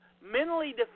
mentally